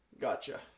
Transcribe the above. Gotcha